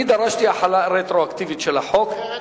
אני דרשתי החלה רטרואקטיבית של החוק.